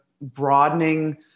broadening